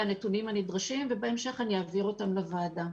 הנתונים הנדרשים ובהמשך אני אעביר אותם לוועדה.